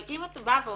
אבל אם את באה ואומרת,